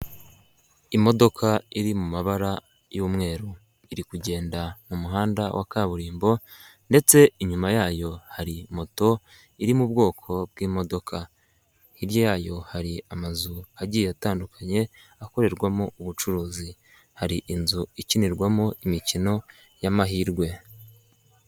Imodoka iri mu mabara y'umweru, iri kugenda mu muhanda wa kaburimbo, ndetse inyuma yayo hari moto iri mu bwoko bw'imodoka. Hirya yayo hari amazu agiye atandukanye akorerwamo ubucuruzi, hari inzu ikinirwamo imikino y'amahirwe.